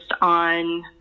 on